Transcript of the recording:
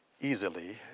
easily